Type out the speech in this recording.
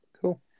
Cool